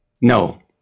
No